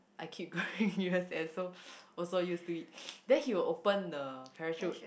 I keep going u_s_s so also used to it then he will open the parachute